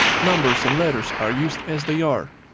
numbers and letter are used as they are.